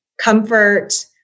comfort